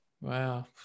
wow